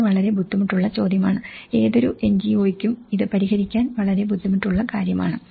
ഇത് വളരെ ബുദ്ധിമുട്ടുള്ള ചോദ്യമാണ് ഏതൊരു എൻജിഒയ്ക്കും ഇത് പരിഹരിക്കാൻ വളരെ ബു ദ്ധിമു ട്ടു ള്ള കാര്യമാണ്